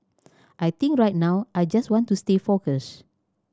I think right now I just want to stay focused